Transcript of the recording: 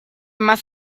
más